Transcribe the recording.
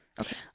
Okay